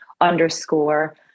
underscore